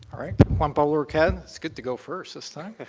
all right. juan pablo hourcade, it's good to go first this time.